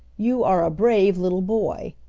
you are a brave little boy,